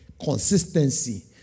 consistency